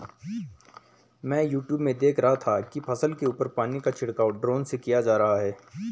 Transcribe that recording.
मैं यूट्यूब में देख रहा था कि फसल के ऊपर पानी का छिड़काव ड्रोन से किया जा रहा है